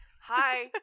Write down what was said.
Hi